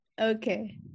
Okay